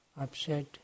upset